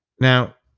now,